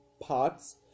parts